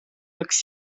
läks